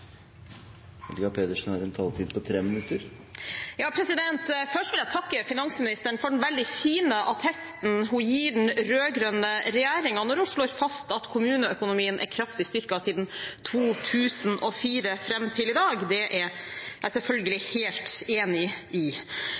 Først vil jeg takke finansministeren for den veldig fine attesten hun gir den rød-grønne regjeringen, når hun slår fast at kommuneøkonomien er kraftig styrket siden 2004 og fram til i dag. Det er jeg selvfølgelig helt enig i.